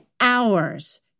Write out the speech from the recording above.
hours